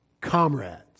comrades